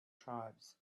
tribes